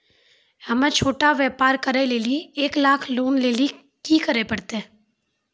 हम्मय छोटा व्यापार करे लेली एक लाख लोन लेली की करे परतै?